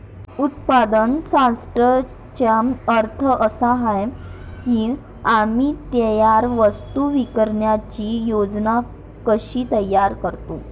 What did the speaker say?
उत्पादन सॉर्टर्सचा अर्थ असा आहे की आम्ही तयार वस्तू विकण्याची योजना कशी तयार करतो